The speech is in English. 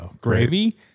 Gravy